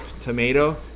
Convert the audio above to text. tomato